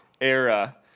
era